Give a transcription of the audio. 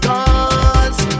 Cause